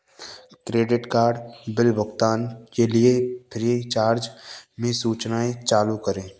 credit card bill भुगतान के लिए फ्रीचार्ज में सूचनाएँ चालू करें